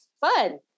Fun